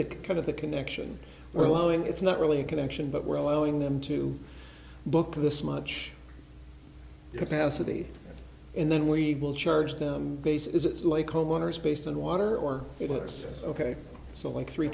that kind of the connection we're allowing it's not really a connection but we're allowing them to book this much capacity and then we will charge the base is it's like homeowners based on water or it works ok so like three